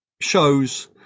shows